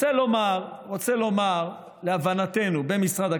אתם דואגים לעצמכם?